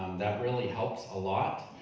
that really helps a lot.